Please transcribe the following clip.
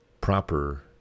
proper